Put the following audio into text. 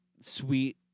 sweet